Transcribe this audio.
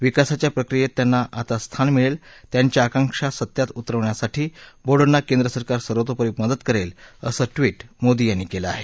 विकासाच्या प्रक्रियेत त्यांना आता स्थान मिळेल त्यांच्या आकांक्षा सत्यात उतरवण्यासाठी बोडोंना केंद्र सरकार सर्वतोपरी मदत करेल असं ट्विट मोदी यांनी केलं आहे